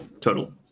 Total